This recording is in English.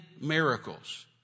miracles